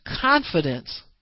confidence